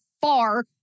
far